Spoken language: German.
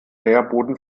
nährboden